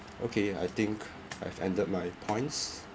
okay I think I've ended my points